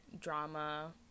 drama